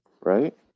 Right